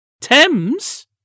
Thames